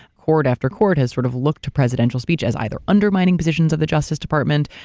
court after court has sort of looked to presidential speech as either, undermining positions of the justice department,